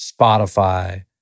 Spotify